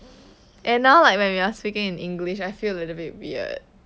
and now like when we are speaking in english I feel a little bit weird